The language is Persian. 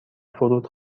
فرود